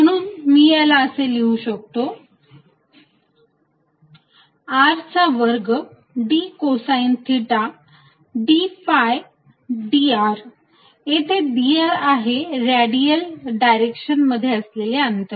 म्हणून मी याला असे लिहू शकतो R चा वर्ग d cosine theta d phi dr येथे dr आहे रेडियल डायरेक्शन मध्ये असलेले अंतर